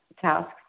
tasks